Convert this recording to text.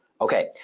okay